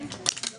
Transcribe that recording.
תודה על